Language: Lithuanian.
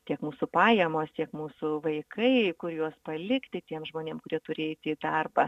tiek mūsų pajamos tiek mūsų vaikai kuriuos palikti tiem žmonėm kurie turi eiti darbą